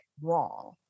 wrong